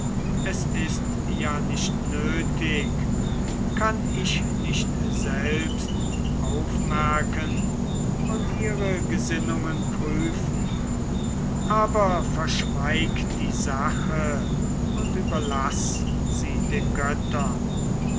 es ist ja nicht nötig kann ich nicht selbst aufmerken und ihre gesinnungen prüfen aber verschweig die sache und überlaß sie den göttern